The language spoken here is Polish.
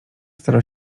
starał